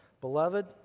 Beloved